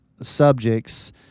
subjects